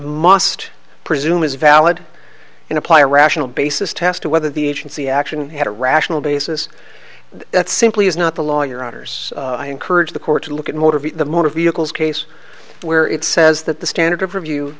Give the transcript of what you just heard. must presume is valid and apply a rational basis test to whether the agency action had a rational basis that simply is not the law your honour's i encourage the court to look at motivate the motor vehicles case where it says that the standard of review